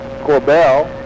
Corbell